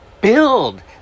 build